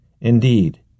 Indeed